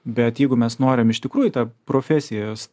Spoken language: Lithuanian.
bet jeigu mes norim iš tikrųjų tą profesijos